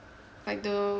like the